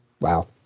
Wow